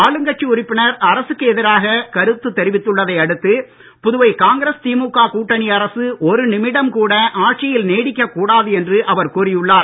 ஆளுங்கட்சி உறுப்பினர் அரசுக்கு எதிராக கருத்து தெரிவித்துள்ளதை அடுத்து புதுவை காங்கிரஸ் திமுக கூட்டணி அரசு ஒரு நிமிடம் கூட ஆட்சியில் நீடிக்கக் கூடாது என்று அவர் கூறியுள்ளார்